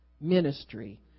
ministry